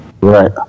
Right